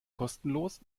kostenlos